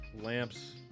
lamps